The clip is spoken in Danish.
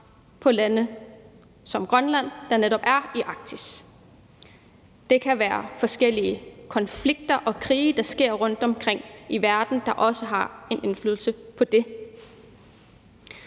på lande som Grønland, der netop er i Arktis. Det kan være forskellige konflikter og krige, der er rundtomkring i verden, der også har en indflydelse på det.